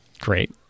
Great